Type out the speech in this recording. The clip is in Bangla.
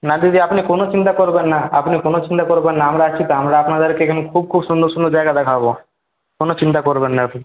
না দিদি আপনি কোনো চিন্তা করবেন না আপনি কোনো চিন্তা করবেন না আমরা আছি তো আমরা আপনাদেরকে এখানে খুব খুব সুন্দর সুন্দর জায়গা দেখাবো কোনো চিন্তা করবেন না আপনি